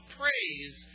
praise